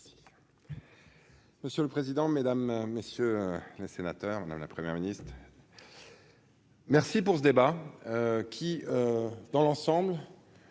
Monsieur le président, Mesdames, messieurs les sénateurs Madame la première ministre merci pour ce débat qui, dans l'ensemble.